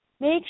make